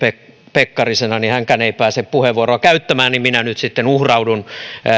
pekkarisena ja hänkään ei pääse puheenvuoroa käyttämään niin minä nyt sitten uhraudun